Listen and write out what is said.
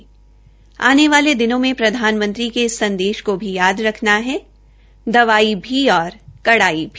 आने वाले दिनों में प्रधानमंत्री के इस संदेश को भी याद रखना है दवाई भी और कड़ाई भी